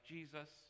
Jesus